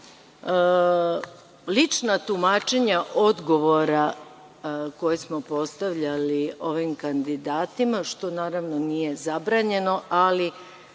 lična tumačenja odgovora koje smo postavljali ovim kandidatima što naravno nije zabranjeno, ali